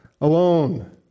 alone